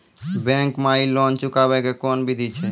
Bank माई loan चुकाबे के कोन बिधि छै?